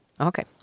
Okay